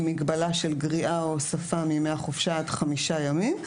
מגבלה של גריעה או הוספה מימי החופשה עד חמישה ימים,